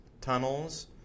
tunnels